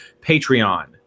Patreon